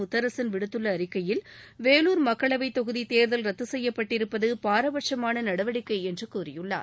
முத்தரசன் விடுத்துள்ள அறிக்கையில் வேலூர் மக்களவைத் தொகுதி தேர்தல் ரத்து செய்யப்பட்டிருப்பது பாரபட்சமான நடவடிக்கை என்று கூறியுள்ளார்